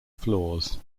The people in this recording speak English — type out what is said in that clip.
floors